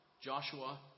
Joshua